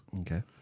Okay